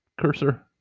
cursor